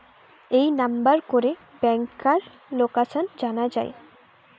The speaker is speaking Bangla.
এই নাম্বার করে ব্যাংকার লোকাসান জানা যায়